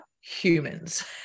humans